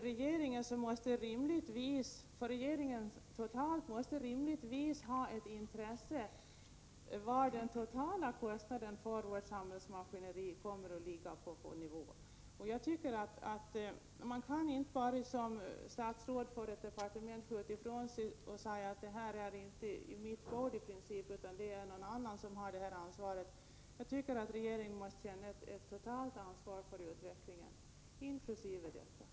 Regeringen måste väl rimligtvis ha ett intresse för var den totala kostnaden för vårt samhällsmaskineri kommer att ligga. Som statsråd och chef för ett departement kan man inte bara skjuta ifrån sig och säga: Det här är i princip inte mitt bord, utan det är någon arinan som har ansvaret. Jag tycker att regeringen måste känna ett totalt ansvar för utvecklingen, inkl. detta.